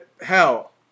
hell